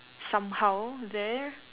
somehow there